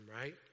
right